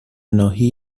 ناحیه